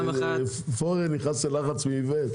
עודד פורר נכנס ללחץ מזה,